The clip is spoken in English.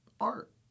art